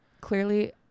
clearly